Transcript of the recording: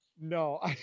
No